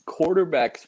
quarterbacks